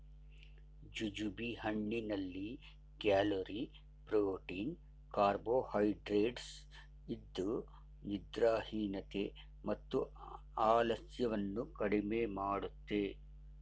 jujube ಹಣ್ಣಿನಲ್ಲಿ calorie, protein carbohydrates ಇದ್ದು ನಿದ್ರಾಹೀನತೆ ಮತ್ತು ಆಲಸ್ಯವನ್ನು ಕಡಿಮೆ ಮಾಡುತ್ತೆ